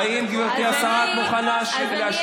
אדוני היושב-ראש, אתה צריך להבין.